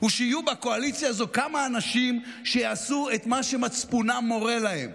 הוא שיהיו בקואליציה הזו כמה אנשים שיעשו את מה שמצפונם מורה להם